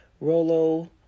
Rolo